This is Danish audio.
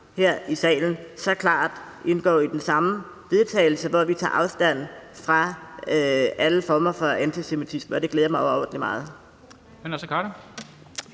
her i salen så klart står bag det samme forslag til vedtagelse, hvor vi tager afstand fra alle former for antisemitisme. Og det glæder mig overordentlig meget.